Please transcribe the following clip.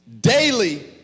Daily